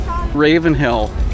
Ravenhill